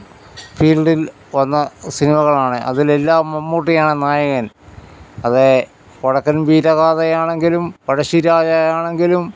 ഫീൽഡിൽ വന്ന സിനിമകളാണ് അതിൽ എല്ലാം മമ്മൂട്ടിയാണ് നായകൻ അത് വടക്കൻ വീരഗാഥയാണെങ്കിലും പഴശ്ശിരാജ ആണെങ്കിലും